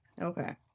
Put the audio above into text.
Okay